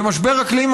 משבר אקלים,